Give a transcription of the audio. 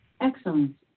Excellent